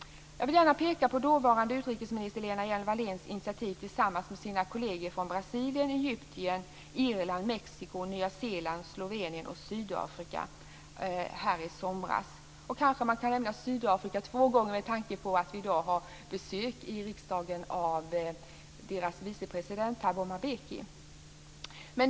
Jag vill gärna peka på dåvarande utrikesminister Lena Hjelm-Walléns initiativ tillsammans med sina kolleger från Brasilien, Egypten, Irland, Mexiko, Nya Zeeland, Slovenien och Sydafrika i somras. Kanske man kan nämna Sydafrika två gånger med tanke på att vi i dag har besök i riksdagen av deras vicepresident Thabo Mbeki.